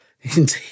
Indeed